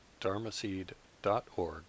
dharmaseed.org